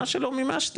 מה שלא מימשתם,